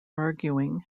arguing